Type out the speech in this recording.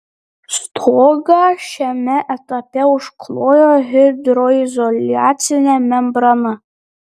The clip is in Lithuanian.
stogą šiame etape užklojo hidroizoliacine membrana